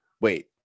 wait